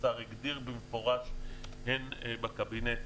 השר הגדיר במפורש הן בקבינט,